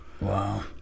Wow